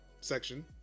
section